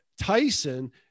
Tyson